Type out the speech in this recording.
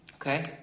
Okay